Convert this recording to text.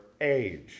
age